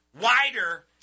wider